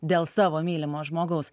dėl savo mylimo žmogaus